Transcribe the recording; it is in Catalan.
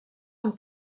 amb